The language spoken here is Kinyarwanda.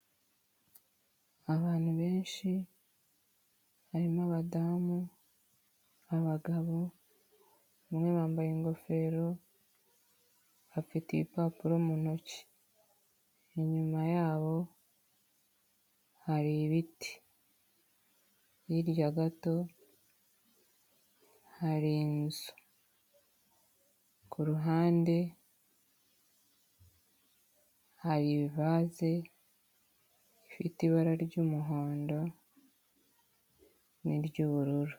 Abantu benshi, harimo abadamu, abagabo, bamwe bambaye ingofero, bafite ibipapuro mu ntoki, inyuma yabo hari ibiti, hirya gato hari inzu, ku ruhande hari ivaze ifite ibara ry'umuhondo n'iry'ubururu.